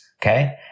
Okay